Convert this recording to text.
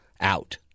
out